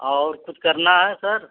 और कुछ करना है सर